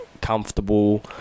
comfortable